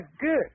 good